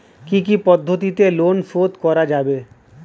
কি কি পদ্ধতিতে লোন শোধ করা যাবে?